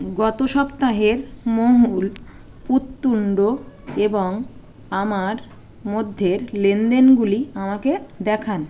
গত সপ্তাহের মোহুল পুততুন্ড এবং আমার মধ্যের লেনদেনগুলি আমাকে দেখান